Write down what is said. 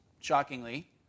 shockingly